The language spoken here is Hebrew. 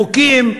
ואיך חוקים,